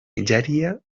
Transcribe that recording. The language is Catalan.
nigèria